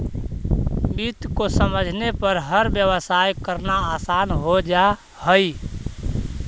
वित्त को समझने पर हर व्यवसाय करना आसान हो जा हई